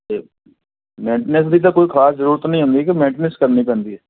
ਅਤੇ ਮੈਂਟਨੈਂਸ ਦੀ ਤਾਂ ਕੋਈ ਖ਼ਾਸ ਜ਼ਰੂਰਤ ਨਹੀਂ ਹੁੰਦੀ ਕਿ ਮੈਂਟਨੈਂਸ ਕਰਨੀ ਪੈਂਦੀ ਹੈ